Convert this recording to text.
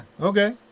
okay